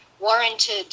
warranted